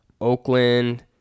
Oakland